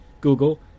Google